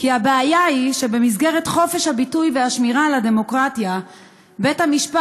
כי הבעיה היא שבמסגרת חופש הביטוי והשמירה על הדמוקרטיה בית-המשפט